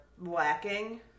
lacking